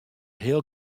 heel